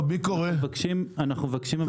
אנחנו מבקשים פרק זמן משמעותי.